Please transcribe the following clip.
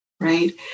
right